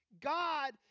God